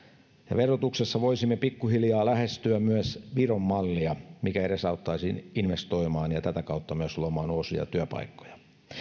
verotuksessa voisimme pikkuhiljaa lähestyä myös viron mallia mikä edesauttaisi investoimaan ja tätä kautta myös luomaan uusia työpaikkoja